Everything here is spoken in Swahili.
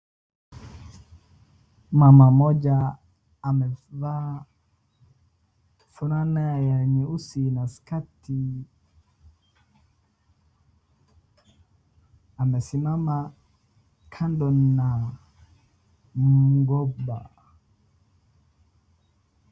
Mama mmoja amevaa fulana ya nyeusi na skati amesimama kando na mgomba.